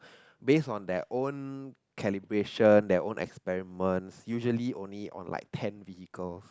based on their own calibration their own experiments usually only on like ten vehicles